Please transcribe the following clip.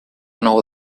nou